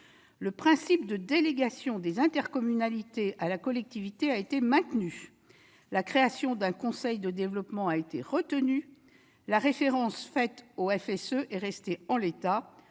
Le principe de délégation des intercommunalités à la CEA a été maintenu. La création d'un conseil de développement a été retenue. Enfin, la référence faite au FSE est restée en l'état